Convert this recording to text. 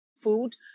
food